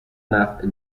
نفع